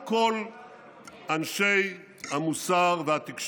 חברי הכנסת, איפה כל אנשי המוסר והתקשורת